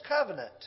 covenant